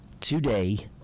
today